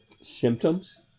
symptoms